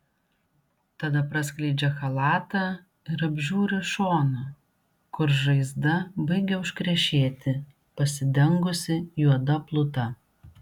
tada praskleidžia chalatą ir apžiūri šoną kur žaizda baigia užkrešėti pasidengusi juoda pluta